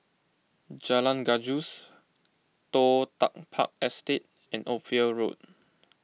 Jalan Gajus Toh Tuck Park Estate and Ophir Road